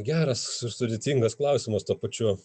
geras ir sudėtingas klausimas tuo pačiu